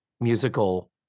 musical